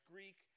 Greek